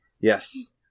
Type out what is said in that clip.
Yes